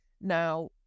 now